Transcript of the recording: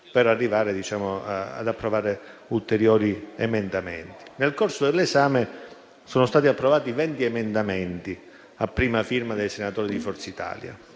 per arrivare all'approvazione di ulteriori emendamenti. Nel corso dell'esame sono stati approvati 20 emendamenti a prima firma dei senatori di Forza Italia;